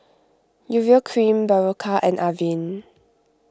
Urea Cream Berocca and Avene